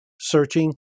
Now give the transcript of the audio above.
searching